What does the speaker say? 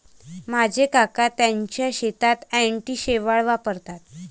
माझे काका त्यांच्या शेतात अँटी शेवाळ वापरतात